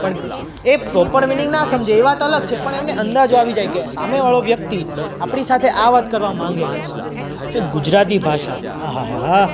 પણ એ proper meaning ના સમજે એ વાત અલગ છે પણ એમને અંદાજો આવી જાય કે સામેવાળો વ્યક્તિ આપણી સાથે આ વાત કરવા માગે છે એ ગુજરાતી ભાષા આ હા હા હા હા